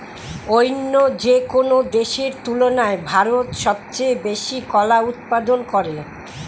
অইন্য যেকোনো দেশের তুলনায় ভারত সবচেয়ে বেশি কলা উৎপাদন করে